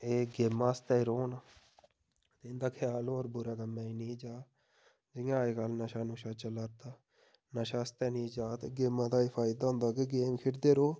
एह् गेमां आस्तै रौह्न ते इं'दा ख्याल होर बुरे कम्मै गी नेईं जा जियां अज्जकल नशा नुशा चला'रदा नशा आस्तै नेईं जा ते गेमां दा एह् फायदा होंदा के गेम खढदे रौह्